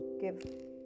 give